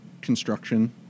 construction